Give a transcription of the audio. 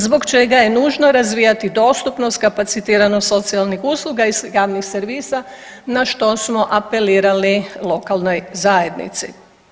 Zbog čega je nužno razvijati dostupnost, kapacitiranost socijalnih usluga i javnih servisa na što smo apelirali lokalnoj zajednici.